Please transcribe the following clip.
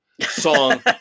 song